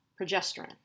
progesterone